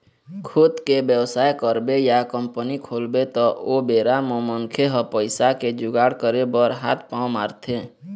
खुद के बेवसाय करबे या कंपनी खोलबे त ओ बेरा म मनखे ह पइसा के जुगाड़ करे बर हात पांव मारथे